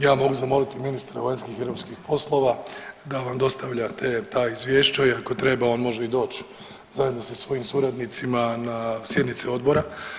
Ja mogu zamoliti ministra vanjskih i europskih poslova da vam dostavlja ta izvješća i ako treba on može i doć zajedno sa svojim suradnicima na sjednice odbora.